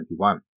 2021